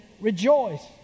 rejoice